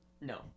No